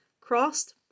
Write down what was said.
crossed